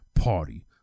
party